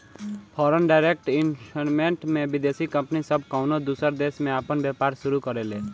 foreign direct investment में विदेशी company सब कउनो दूसर देश में आपन व्यापार शुरू करेले